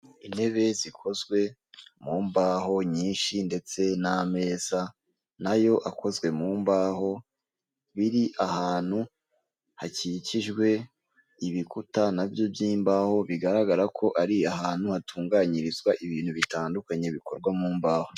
Intebe zikozwe mu mbaho nyinshi ndetse n'ameza nayo akozwe mu mbaho biri ahantu hakikijwe ibikuta nabyo by'imbaho bigaragara ko ari ahantu hatunganyirizwa ibintu bitandukanye bikorwa mu mbaho.